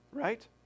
right